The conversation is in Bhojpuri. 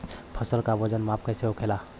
फसल का वजन माप कैसे होखेला?